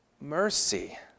mercy